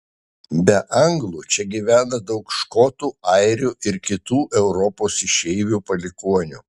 be anglų čia gyvena daug škotų airių kitų europos išeivių palikuonių